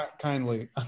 Kindly